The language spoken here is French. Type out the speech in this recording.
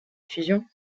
fusion